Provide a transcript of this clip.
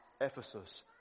Ephesus